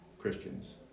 Christians